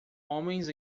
homens